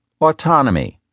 Autonomy